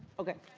okay.